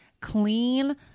clean